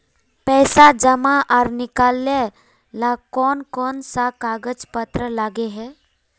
पैसा जमा आर निकाले ला कोन कोन सा कागज पत्र लगे है?